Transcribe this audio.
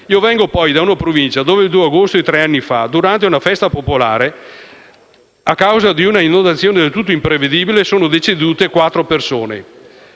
Io vengo da una provincia dove il 2 agosto di tre anni fa, durante una festa popolare, a causa di una inondazione del tutto imprevedibile sono decedute quattro persone.